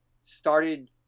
started